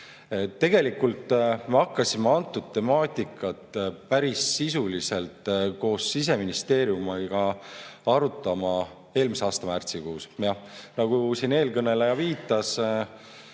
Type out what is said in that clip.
Tegelikult me hakkasime kõnealust temaatikat päris sisuliselt koos Siseministeeriumiga arutama eelmise aasta märtsikuus. Nagu eelkõneleja viitas,